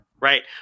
right